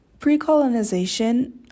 pre-colonization